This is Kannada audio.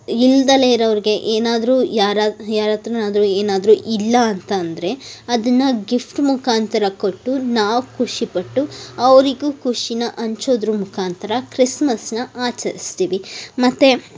ಇಲ್ದಲೆ ಇರೋರಿಗೆ ಏನಾದರೂ ಯಾರಾದ್ದು ಯಾರ ಹತ್ರನಾದರೂ ಏನಾದರೂ ಇಲ್ಲ ಅಂತಂದರೆ ಅದನ್ನು ಗಿಫ್ಟ್ ಮುಖಾಂತರ ಕೊಟ್ಟು ನಾವು ಖುಷಿಪಟ್ಟು ಅವರಿಗೂ ಖುಷಿಯ ಹಂಚೋದ್ರ ಮುಖಾಂತ್ರ ಕ್ರಿಸ್ಮಸನ್ನು ಆಚರಿಸ್ತೀವಿ ಮತ್ತು